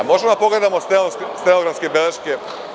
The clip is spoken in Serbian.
Možemo da pogledamo stenografske beleške.